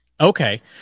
okay